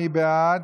מי בעד?